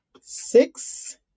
six